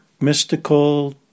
mystical